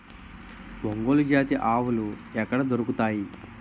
ఒంగోలు జాతి ఆవులు ఎక్కడ దొరుకుతాయి?